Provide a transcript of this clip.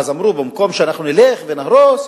אמרו שבמקום שאנחנו נלך ונהרוס,